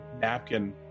napkin